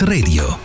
Radio